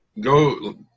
go